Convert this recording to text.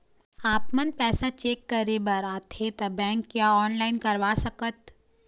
आपमन पैसा चेक करे बार आथे ता बैंक या ऑनलाइन करवा सकत?